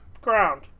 Ground